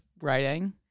writing